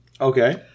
Okay